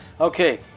Okay